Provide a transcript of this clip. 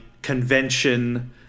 Convention